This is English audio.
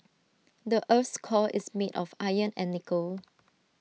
the Earth's core is made of iron and nickel